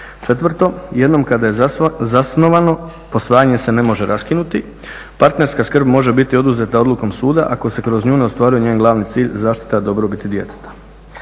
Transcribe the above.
Četvrto, jednom kada je zasnovano posvajanje se ne može raskinuti, partnerska skrb može biti oduzeta odlukom suda ako se kroz nju ne ostvaruje njen glavni sud zaštita dobrobiti djeteta.